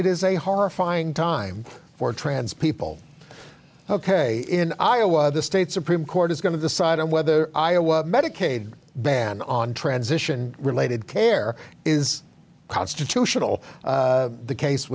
it is a horrifying time for trans people ok in iowa the state supreme court is going to decide on whether iowa medicaid ban on transition related care is constitutional the case